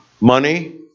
Money